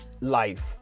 life